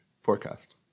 forecast